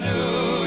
New